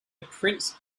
prince